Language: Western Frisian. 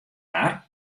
har